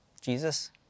Jesus